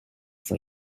for